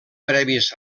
previs